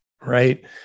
right